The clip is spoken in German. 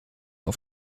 auf